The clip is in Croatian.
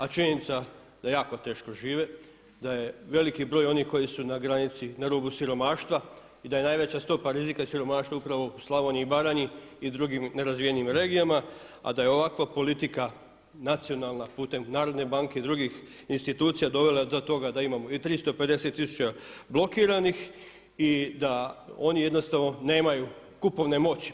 A činjenica je da jako teško žive, da je veliki broj onih koji su na granici, na rubu siromaštva i da je najveća stopa rizika i siromaštva upravo u Slavoniji i Baranji i drugim nerazvijenim regijama a da je ovakva politika nacionalna putem narodne banke i drugih institucija dovela do toga da imamo i 350 tisuća blokiranih i da oni jednostavno nemaju kupovne moći.